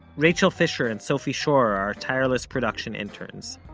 rachel fisher and sophie schor are our tireless production interns.